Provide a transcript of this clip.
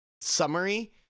summary